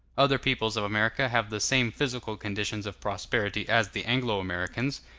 other peoples of america have the same physical conditions of prosperity as the anglo-americans,